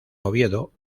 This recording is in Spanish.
oviedo